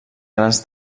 grans